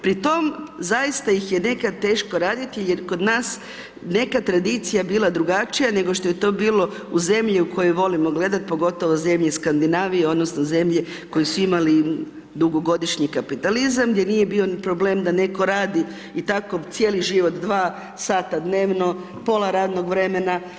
Pri tome, zaista ih je nekad teško raditi, jer je kod nas neka tradicija bila drugačija, nego što je to bilo u zemlji u koju volimo gledati, pogotovo zemlje iz Skandinavije, odnosno, zemlje koje su imali dugogodišnji kapitalizam, gdje nije bio problem da netko radi i tako cijeli život dva sata dnevno, pola radnog vremena.